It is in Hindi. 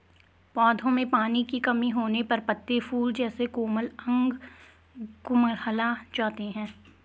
पौधों में पानी की कमी होने पर पत्ते, फूल जैसे कोमल अंग कुम्हला जाते हैं